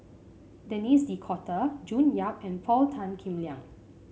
Denis D'Cotta June Yap and Paul Tan Kim Liang